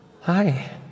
Hi